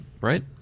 Right